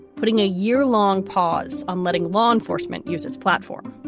putting a year long pause on letting law enforcement use its platform